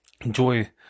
Enjoy